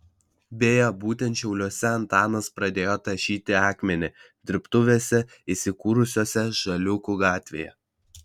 beje būtent šiauliuose antanas pradėjo tašyti akmenį dirbtuvėse įsikūrusiose žaliūkių gatvėje